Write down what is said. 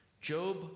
Job